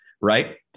right